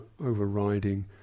overriding